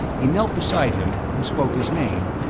he knelt beside him, and spoke his name,